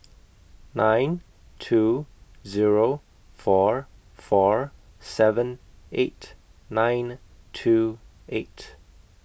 nine two Zero four four seven eight nine two eight